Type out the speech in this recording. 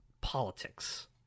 politics